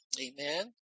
amen